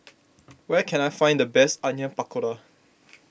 where can I find the best Onion Pakora